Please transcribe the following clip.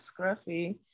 scruffy